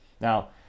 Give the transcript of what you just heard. Now